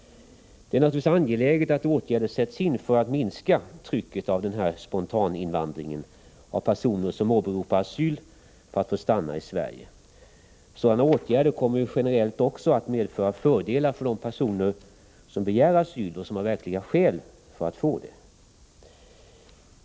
Det är naturligtvis angeläget att åtgärder sätts in för att minska trycket av den här spontaninvandringen av personer som begär asyl för att få stanna i Sverige. Sådana åtgärder skulle generellt också medföra fördelar för de personer som begär asyl och som har verkliga skäl att få det.